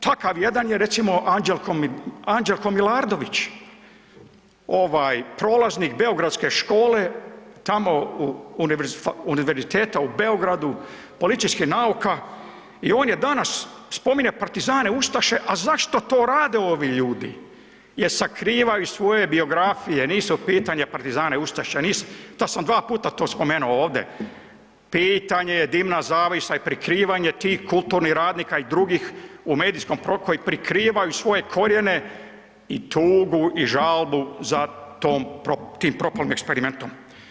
Takav jedan je recimo Anđelko, Anđelo Milardović ovaj prolaznik beogradske škole tamo Univerziteta u Beogradu policijskih nauka i on je danas spominje partizane, ustaše, a zašto to rade ovi ljudi jer sakrivaju svoje biografije, nisu u pitanju partizani, ustaše, nisu, tad sam 2 puta to spomenuo ovde, pitanje je dimna zavjesa i prikrivanje tih kulturnih radnika i drugih u medijskom prostoru koji prikrivaju svoje korijene i tugu i žalbu za tom, tim propalim eksperimentom.